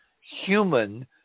human